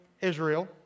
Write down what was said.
Israel